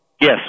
Yes